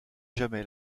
jamais